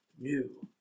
New